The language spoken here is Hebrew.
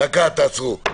חברים, תעצרו.